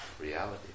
reality